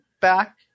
back